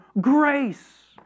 grace